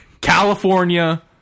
California